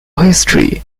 history